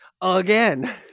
again